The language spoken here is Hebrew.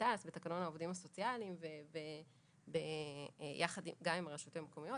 בתקנון העובדים הסוציאליים יחד עם הרשויות המקומיות,